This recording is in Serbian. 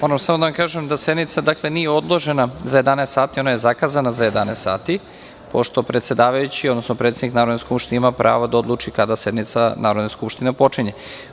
Moram samo da vam kažem da sednica nije odložena za 11.00 časova, ona je zakazana za 11.00 časova, pošto predsedavajući, odnosno predsednik Narodne skupštine ima pravo da odluči kada sednica Narodne skupštine počinje.